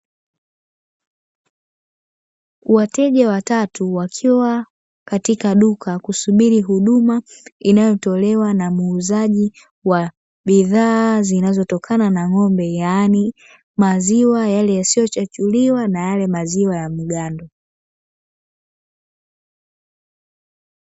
Wateja watatu wakiwa katika duka kusubiri huduma inayotolewa na muuzaji wa bidhaa zinazotokana na ng'ombe, yaani maziwa yale yasio chachuliwa na yale maziwa ya mgando.